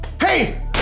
Hey